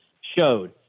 showed